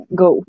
go